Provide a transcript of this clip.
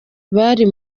bari